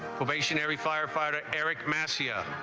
every firefighter eric messier